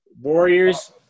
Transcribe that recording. Warriors